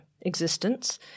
existence